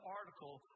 article